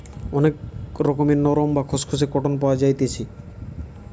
অনেক রকমের নরম, বা খসখসে কটন পাওয়া যাইতেছি